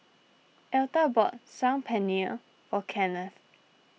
Elta bought Saag Paneer or Kennith